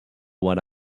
what